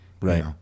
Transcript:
Right